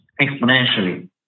exponentially